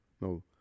No